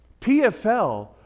PFL